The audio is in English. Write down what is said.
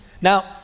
Now